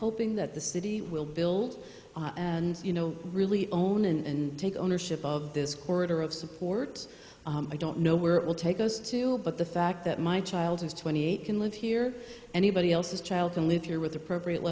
hoping that the city will build and you know really own and take ownership of this corridor of support i don't know where it will take us to but the fact that my child is twenty eight can live here anybody else's child can live here with appropriate